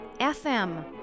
FM